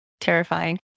terrifying